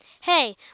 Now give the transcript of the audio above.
Hey